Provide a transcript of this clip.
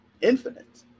infinite